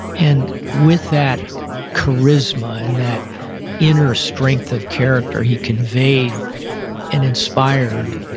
and with that charisma and that inner strength of character he conveyed and inspired,